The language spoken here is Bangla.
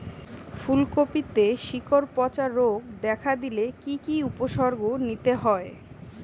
ফুলকপিতে শিকড় পচা রোগ দেখা দিলে কি কি উপসর্গ নিতে হয়?